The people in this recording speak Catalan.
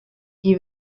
qui